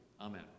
Amen